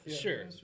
Sure